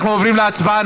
אנחנו עוברים להצבעה.